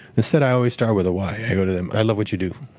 instead, i always start with a why. i go to them, i love what you do.